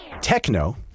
techno